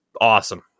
awesome